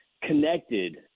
connected